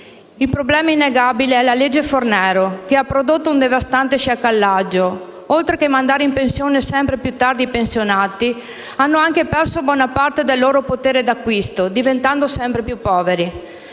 Il problema innegabile è costituito dalla riforma Fornero, che ha prodotto un devastante sciacallaggio: oltre che andare in pensione sempre più tardi, i pensionati hanno anche perso buona parte del loro potere d'acquisto, diventando sempre più poveri.